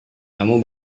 kamu